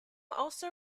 also